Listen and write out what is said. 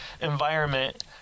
environment